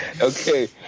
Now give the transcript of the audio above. Okay